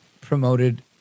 promoted